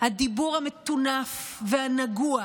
הדיבור המטונף והנגוע,